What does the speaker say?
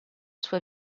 sua